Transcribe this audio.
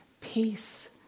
peace